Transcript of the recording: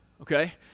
okay